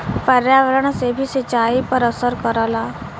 पर्यावरण से भी सिंचाई पर असर करला